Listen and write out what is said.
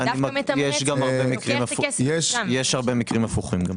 אז אתה דווקא מתמרץ -- יש גם הרבה מקרים הפוכים.